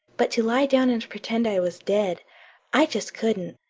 but to lie down and pretend i was dead i just couldn't.